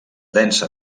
densa